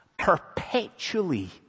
perpetually